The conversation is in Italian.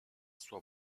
suo